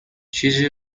چیزی